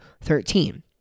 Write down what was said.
thirteen